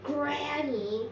Granny